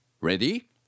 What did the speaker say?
Ready